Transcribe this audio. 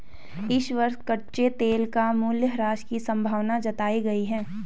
इस वर्ष कच्चे तेल का मूल्यह्रास की संभावना जताई गयी है